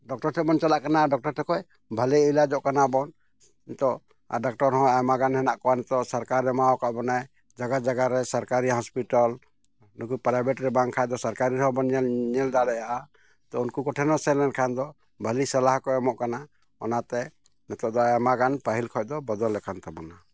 doctor ᱴᱷᱮᱱᱵᱚᱱ ᱪᱟᱞᱟᱜ ᱠᱟᱱᱟ ᱰᱚᱠᱴᱚᱨ ᱴᱷᱮᱱ ᱠᱷᱚᱱ ᱵᱷᱟᱞᱮ ᱮᱞᱟᱡᱚᱜ ᱠᱟᱱᱟᱵᱚᱱ ᱱᱤᱛᱳᱜ ᱟᱨ ᱰᱟᱠᱛᱚᱨ ᱦᱚᱸ ᱟᱭᱢᱟᱜᱟᱱ ᱦᱮᱱᱟᱜ ᱠᱚᱣᱟ ᱱᱤᱛᱳᱜ ᱥᱚᱨᱠᱟᱨᱮ ᱮᱢᱠᱟᱫ ᱵᱚᱱᱟᱭ ᱡᱟᱭᱜᱟ ᱡᱟᱭᱜᱟ ᱨᱮ ᱥᱚᱨᱠᱟᱨᱤ ᱦᱚᱥᱯᱤᱴᱟᱞ ᱱᱩᱠᱩ ᱯᱨᱟᱭᱵᱷᱮᱴ ᱨᱮ ᱵᱟᱝᱠᱷᱟᱱ ᱫᱚ ᱥᱚᱨᱠᱟᱨᱤ ᱨᱮᱦᱚᱸᱵᱚᱱ ᱧᱮᱞ ᱫᱟᱲᱮᱭᱟᱜᱼᱟ ᱛᱚ ᱩᱱᱠᱩ ᱠᱚᱴᱷᱮᱱ ᱦᱚᱸ ᱥᱮᱱ ᱞᱮᱱᱠᱷᱟᱱ ᱫᱚ ᱵᱷᱟᱞᱮ ᱥᱟᱞᱦᱟ ᱠᱚ ᱮᱢᱚᱜ ᱠᱟᱱᱟ ᱚᱱᱟᱛᱮ ᱱᱤᱛᱳᱜ ᱫᱚ ᱟᱭᱢᱟᱜᱟᱱ ᱯᱟᱹᱦᱤᱞ ᱠᱷᱚᱱ ᱫᱚ ᱵᱚᱫᱚᱞ ᱟᱠᱟᱱ ᱛᱟᱵᱚᱱᱟ